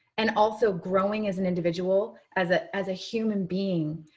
and also growing as an individual, as a as a human being.